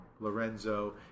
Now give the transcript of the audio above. Lorenzo